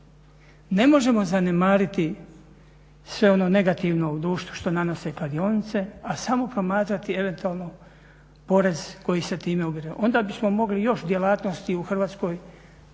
Ne možemo zanemariti sve ono negativno u društvu što nanose kladionice, a samo promatrati eventualno porez koji se time ubire. Onda bismo mogli još djelatnosti u Hrvatskoj